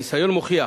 הניסיון מוכיח